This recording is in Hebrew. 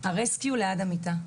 אבל למרות כל זאת הרסקיו ליד המיטה.